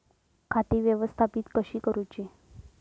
खाती व्यवस्थापित कशी करूची?